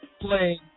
playing